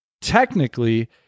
technically